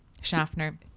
Schaffner